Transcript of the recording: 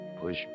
push